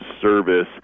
Service